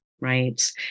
right